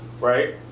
right